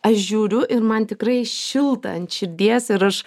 aš žiūriu ir man tikrai šilta ant širdies ir aš